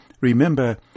remember